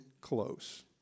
close